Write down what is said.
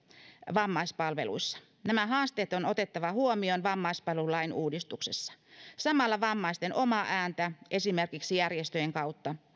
vammaispalveluissa nämä haasteet on otettava huomioon vammaispalvelulain uudistuksessa samalla vammaisten omaa ääntä halutaan paremmin kuuluville esimerkiksi järjestöjen kautta